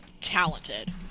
talented